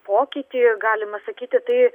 pokytį galima sakyti tai